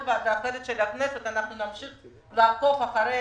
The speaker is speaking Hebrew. ועדה אחרת של הכנסת אנחנו נמשיך לעקוב אחרי